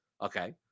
Okay